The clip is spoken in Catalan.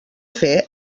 fer